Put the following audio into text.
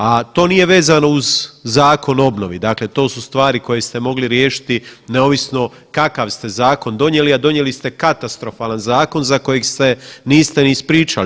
A to nije vezano uz Zakon o obnovi, dakle to su stvari koje ste mogli riješiti neovisno kakav ste zakon donijeli, a donijeli ste katastrofalan zakon za kojeg se niste ni ispričali.